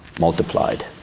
multiplied